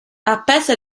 appese